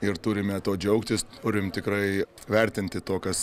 ir turime tuo džiaugtis turim tikrai vertinti to kas